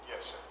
Yes